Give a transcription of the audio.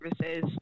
services